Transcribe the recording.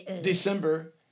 December